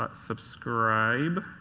ah subscribe.